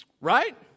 Right